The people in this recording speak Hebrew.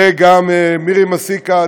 וגם מירי מסיקה.